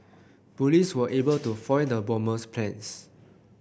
police were able to foil the bomber's plans